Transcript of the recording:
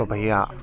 تو بھیا